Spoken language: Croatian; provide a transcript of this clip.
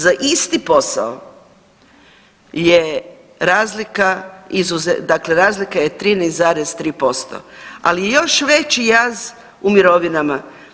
Za isti posao je razlika, dakle razlika je 13,3%, ali je još veći jaz u mirovinama.